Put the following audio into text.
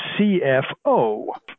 CFO